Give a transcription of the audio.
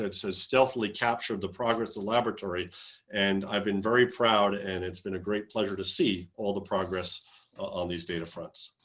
so stealthily captured the progress the laboratory and i've been very proud and it's been a great pleasure to see all the progress on these data fronts.